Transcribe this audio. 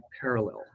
parallel